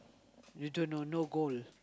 you don't know no goal